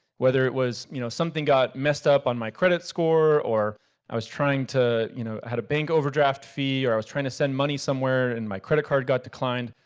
whether it was you know something got messed up on my credit score, or i was trying to, you know, i had a bank overdraft fee, or i was trying to send money somewhere and my credit card got declined.